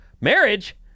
marriage